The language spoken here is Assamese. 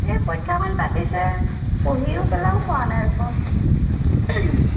এই পৰীক্ষাখন পাতিছে পঢ়িও পেলাইয়ো পোৰা নাই চান